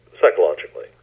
psychologically